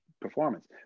performance